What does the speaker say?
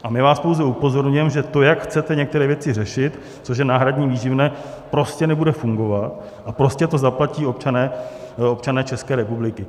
A my vás pouze upozorňujeme, že to, jak chcete některé věci řešit, což je náhradní výživné, prostě nebude fungovat a prostě to zaplatí občané České republiky.